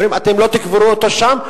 אומרים: אתם לא תקברו אותו שם,